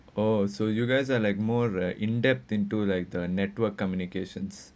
oh so you guys are like more like uh in depth into like the network communications